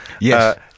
Yes